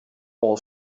all